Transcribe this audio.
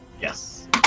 Yes